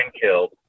killed